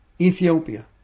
Ethiopia